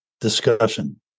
discussion